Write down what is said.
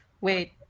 Wait